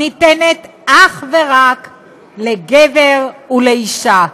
ניתנת אך ורק לגבר ולאישה.